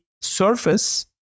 surface